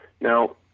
Now